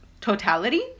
totality